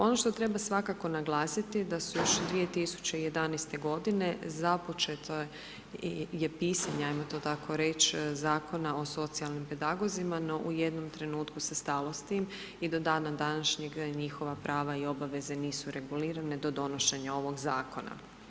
Ono što treba svakako naglasiti da su još 2011. godine započeto je, je pisanja ajmo to tako reći Zakona o socijalni pedagozima no u jednom trenutku se stalo s tim i do dana današnjeg njihova prava i obaveze nisu regulirana do donošenja ovog zakona.